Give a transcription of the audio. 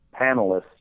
panelists